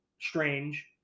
Strange